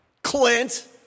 Clint